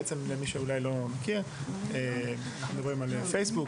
היא חברת העל שמשלבת את פייסבוק,